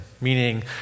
meaning